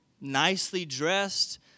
nicely-dressed